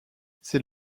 c’est